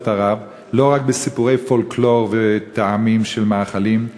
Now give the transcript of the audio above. ערב לא רק בסיפורי פולקלור וטעמים של מאכלים,